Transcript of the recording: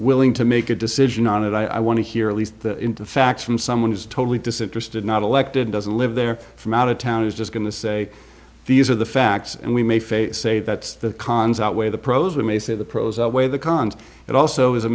willing to make a decision on it i want to hear at least the facts from someone who is totally disinterested not elected doesn't live there from out of town is just going to say these are the facts and we may face say that's the cons outweigh the pros we may say the pros outweigh the cons it also is a